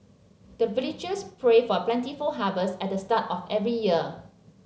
the villagers pray for plentiful harvest at the start of every year